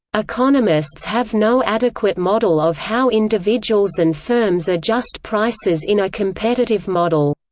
economists have no adequate model of how individuals and firms adjust prices in a competitive model.